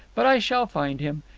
but i shall find him.